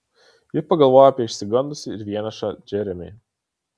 ji pagalvojo apie išsigandusį ir vienišą džeremį